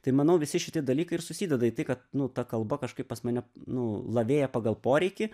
tai manau visi šiti dalykai ir susideda į tai kad nu ta kalba kažkaip pas mane nu lavėja pagal poreikį